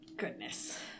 Goodness